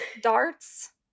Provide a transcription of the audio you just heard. darts